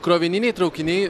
krovininiai traukiniai